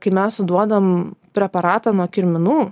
kai mes duodam preparatą nuo kirminų